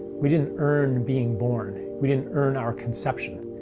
we didn't earn being born. we didn't earn our conception.